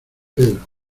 pedro